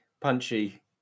punchy